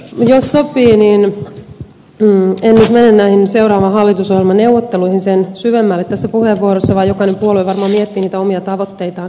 jos sopii niin en nyt mene seuraaviin hallitusohjelmaneuvotteluihin sen syvemmälle tässä puheenvuorossa vaan jokainen puolue varmaan miettii niitä omia tavoitteitaan siihen